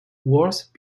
worst